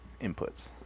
inputs